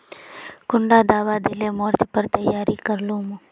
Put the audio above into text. कुंडा दाबा दिले मोर्चे पर तैयारी कर मो?